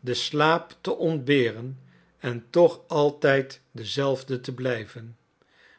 den slaap te ontberen en toch altijd dezelfde te blijven